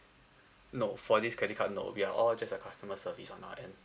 no for this credit card no we are all just a customer service on our end